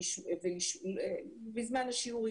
בזמן השיעור,